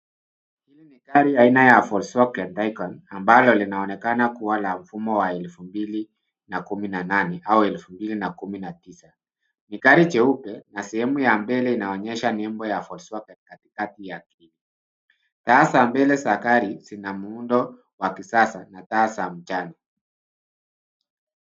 Ni gari aina ya Forso Vidikon ambalo linaonekana kuwa la mfumo wa elfu mbili na kumi na nane au elfu mbili na kumi na tisa. Ni gari jeupe na sehemu ya mbele inaonyesha nembo ya Forso kati yake. Taa za mbele za gari zina muundo wa kisasa na taa za mchana